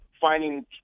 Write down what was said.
finding